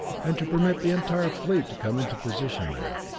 and to permit the entire fleet to come into position there.